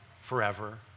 forever